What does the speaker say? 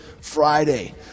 Friday